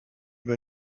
wir